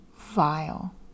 vile